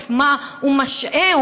מתוקף מה הוא משעה,